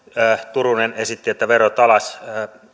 turunen esitti että verot alas